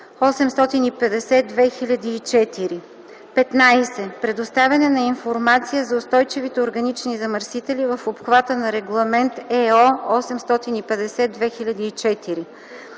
15. предоставяне на информация за устойчивите органични замърсители в обхвата на Регламент (ЕО) № 850/2004;